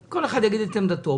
כל אחד יגיד את עמדתו,